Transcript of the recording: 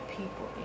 people